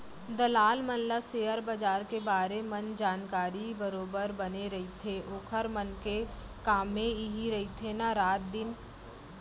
दलाल मन ल सेयर बजार के बारे मन जानकारी बरोबर बने रहिथे ओखर मन के कामे इही रहिथे ना रात दिन